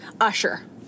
Usher